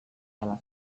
salah